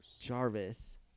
Jarvis